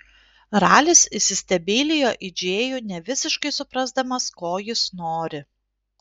ralis įsistebeilijo į džėjų nevisiškai suprasdamas ko jis nori